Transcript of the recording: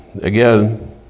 again